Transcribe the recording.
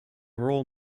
roll